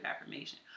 affirmation